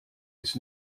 ist